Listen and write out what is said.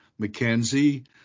McKenzie